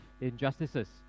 injustices